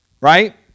right